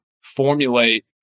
formulate